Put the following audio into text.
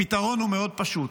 הפתרון הוא מאוד פשוט: